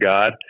God